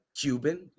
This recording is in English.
Cuban